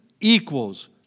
equals